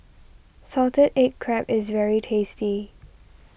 Salted Egg Crab is very tasty